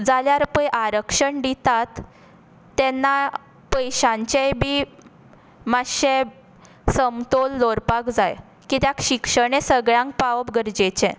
जाल्यार पय आरक्षण दितात तेन्ना पयशांचेय बी मातशें समतोल दवरपाक जाय कित्याक शिक्षण हें सगल्यांक पावप गरजेचें